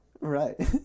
Right